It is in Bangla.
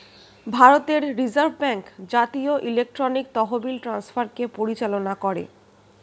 ভারতের রিজার্ভ ব্যাঙ্ক জাতীয় ইলেকট্রনিক তহবিল ট্রান্সফারকে পরিচালনা করে